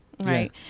Right